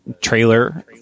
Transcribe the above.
trailer